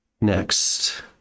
next